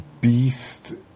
beast